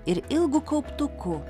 ir ilgu kauptuku